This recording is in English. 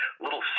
little